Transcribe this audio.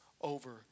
over